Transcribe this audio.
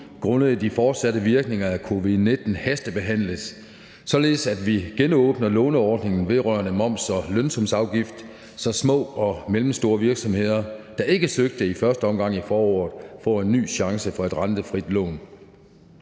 grundet de fortsatte virkninger af covid-19 hastebehandles, således at vi genåbner låneordningen vedrørende moms og lønsumsafgift, så små og mellemstore virksomheder, der ikke søgte i første omgang i foråret, får en ny chance for et rentefrit lån.